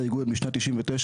בעייתית,